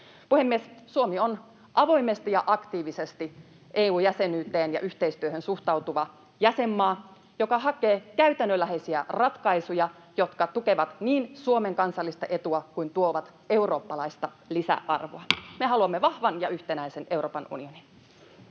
Suomi on avoimesti ja aktiivisesti EU-jäsenyyteen ja -yhteistyöhön suhtautuva jäsenmaa, joka hakee käytännönläheisiä ratkaisuja, jotka niin tukevat Suomen kansallista etua kuin tuovat eurooppalaista lisäarvoa. Me haluamme vahvan ja yhtenäisen Euroopan unionin.